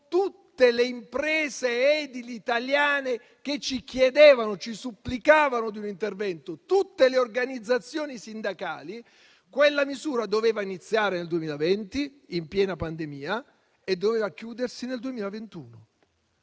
tutte le imprese edili italiane che chiedevano e supplicavano un intervento, come anche tutte le organizzazioni sindacali. Quella misura doveva iniziare nel 2020, in piena pandemia, e doveva concludersi nel 2021.